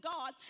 God